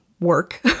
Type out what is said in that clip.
work